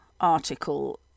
article